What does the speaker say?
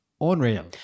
unreal